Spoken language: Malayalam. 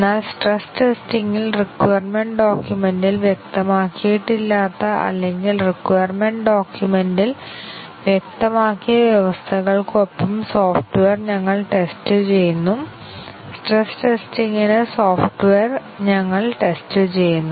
എന്നാൽ സ്ട്രെസ് ടെസ്റ്റിംഗിൽ റിക്വയർമെന്റ് ഡോക്യുമെന്റിൽ വ്യക്തമാക്കിയിട്ടില്ലാത്ത അല്ലെങ്കിൽ റിക്വയർമെന്റ് ഡോക്യുമെന്റിൽ വ്യക്തമാക്കിയ വ്യവസ്ഥകൾക്കൊപ്പം സോഫ്റ്റ്വെയർ ഞങ്ങൾ ടെസ്റ്റ് ചെയ്യുന്നു സ്ട്രെസ് ടെസ്റ്റിംഗ് നു സോഫ്റ്റ്വെയർ ഞങ്ങൾ ടെസ്റ്റ് ചെയ്യുന്നു